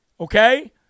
Okay